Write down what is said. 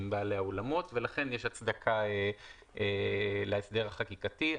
בעלי האולמות ולכן יש הצדקה להסדר החקיקתי.